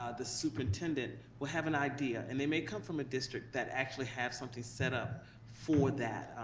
ah the superintendent will have an idea, and they may come from a district that actually have something set up for that.